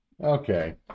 Okay